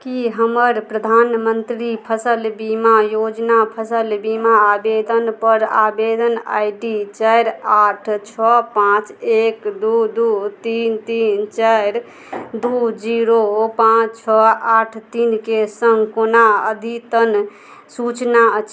की हमर प्रधानमंत्री फसल बीमा योजना फसल बीमा आबेदन पर आबेदन आई डी चारि आठ छओ पाँच एक दू दू तीन तीन चारि दू जीरो पाँच छओ आठ तीनके संग कोना अद्यतन सूचना अछि